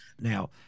Now